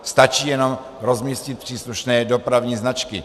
Stačí jenom rozmístit příslušné dopravní značky.